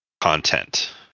content